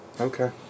Okay